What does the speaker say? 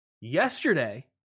Yesterday